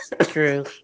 True